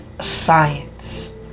Science